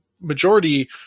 majority